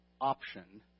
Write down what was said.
option